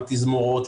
התזמורות,